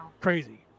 crazy